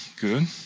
good